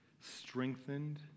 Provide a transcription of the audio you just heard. strengthened